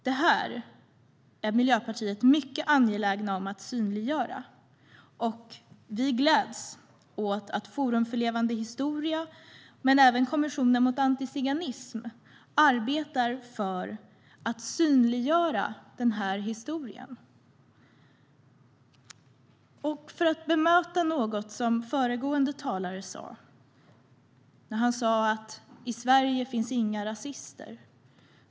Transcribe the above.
Vi i Miljöpartiet är mycket angelägna om att synliggöra det, och vi gläds åt att Forum för levande historia men även Kommissionen mot antiziganism arbetar för att synliggöra den historien. Jag ska bemöta något som föregående talare sa. Han sa att i Sverige finns inga rasister.